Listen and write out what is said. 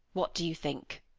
what do you think?